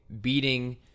beating